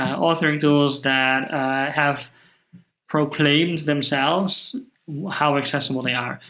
authoring tools that have proclaimed themselves how accessible they are.